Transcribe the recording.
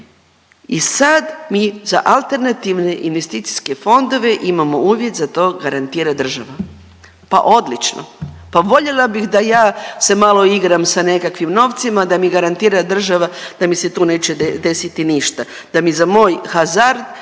i sad mi za AIF-ove imamo uvjet, za to garantira država. Pa odlično, pa voljela bih da ja se malo igram sa nekakvim novcima, da mi garantira država da mi se tu neće desiti ništa, da mi za moj hazard